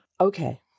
Okay